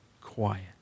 quiet